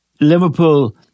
Liverpool